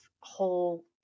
whole